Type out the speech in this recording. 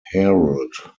herald